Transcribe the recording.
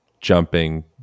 jumping